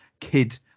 kid